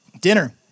dinner